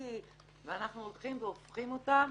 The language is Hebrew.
ואנחנו הולכים והופכים אותם